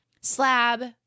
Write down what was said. slab